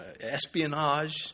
espionage